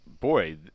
boy